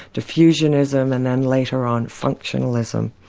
diffusionism and then later on, functionalism.